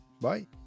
bye